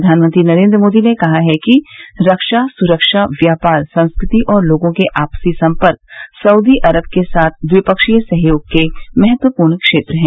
प्रधानमंत्री नरेन्द्र मोदी ने कहा है कि रक्षा सुरक्षा व्यापार संस्कृति और लोगों के आपसी संपर्क सउदी अरब के साथ द्विपक्षीय सहयोग के महत्वपूर्ण क्षेत्र हैं